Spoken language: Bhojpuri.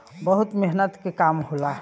बहुत मेहनत के काम होला